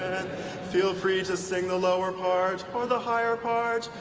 feel free to sing the lower part, or the higher part.